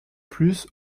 plus